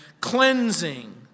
cleansing